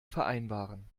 vereinbaren